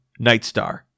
Nightstar